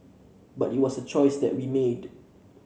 but it was a choice that we made